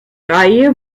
reihe